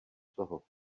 toho